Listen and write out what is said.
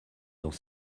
dans